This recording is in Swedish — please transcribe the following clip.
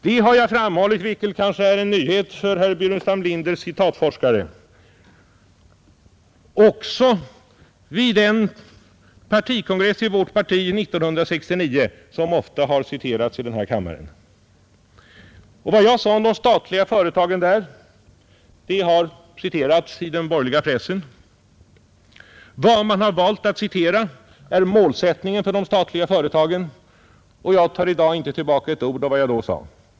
Det har jag framhållit, vilket kanske är en nyhet för herr Burenstam Linders citatforskare, också i mitt anförande vid den partikongress i vårt parti 1969 som ofta har citerats i denna kammare. Vad jag sade om de statliga företagen där har citerats i den borgerliga pressen. Vad man har valt att citera är målsättningen för de statliga företagen, och jag tar i dag inte tillbaka ett ord vad jag då sade.